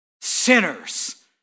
Sinners